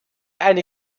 eine